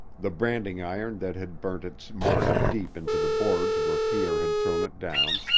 the branding iron that had burnt its mark deep into the boards where pierre had thrown it down,